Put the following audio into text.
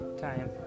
time